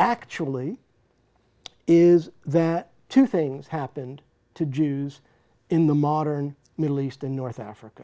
actually is that two things happened to jews in the modern middle east or north africa